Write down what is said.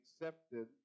accepted